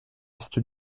est